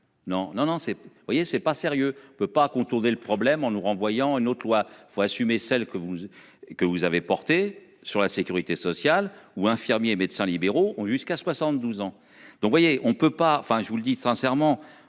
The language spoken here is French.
Non non non c'est. Vous voyez c'est pas sérieux, on ne peut pas contourner le problème en nous renvoyant une autre loi faut assumer celles que vous que vous avez porté sur la sécurité sociale ou infirmiers et médecins libéraux ont jusqu'à 72 ans, donc voyez on ne peut pas, enfin je vous le dis sincèrement,